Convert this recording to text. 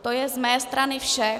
To je z mé strany vše.